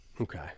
Okay